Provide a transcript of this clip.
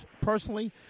Personally